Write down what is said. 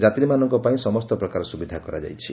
ଯାତ୍ରୀମାନଙ୍କ ପାଇଁ ସମସ୍ତ ପ୍ରକାର ସୁବିଧା କରାଯାଇଛି